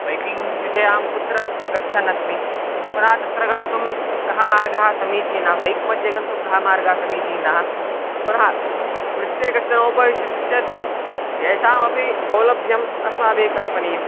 biking विषये अहं कुत्र गच्छन् अस्मि पुनः तत्र गन्तुं कः मार्गः समीचीनः बैक् मध्ये गन्तुं कः मार्गः समीचीनः पुनः पृष्ठे कश्चन उपविशति चेत् तेषामपि सौलभ्यम् अस्माभिः कल्पनीयम्